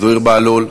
זוהיר בהלול.